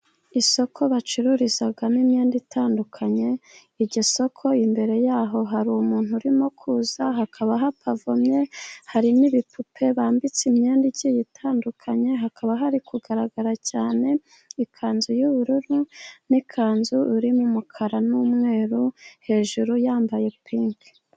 Isoko bacururizamo imyenda itandukanye. Iryo soko, imbere yaho hari umuntu urimo kuza, hakaba hapavomye. Hari n’ibipupe bambitse imyenda igiye itandukanye, hakaba hari kugaragara cyane ikanzu y’ubururu n’ikanzu irimo umukara n’umweru, hejuru yambaye pinki.